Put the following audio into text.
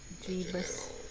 Jesus